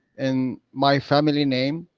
in my family name?